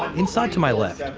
inside, to my left,